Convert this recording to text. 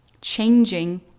changing